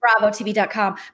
BravoTV.com